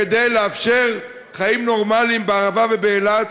כדי לאפשר חיים נורמליים בערבה ובאילת,